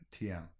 TM